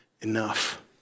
enough